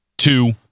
Two